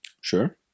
sure